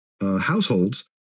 households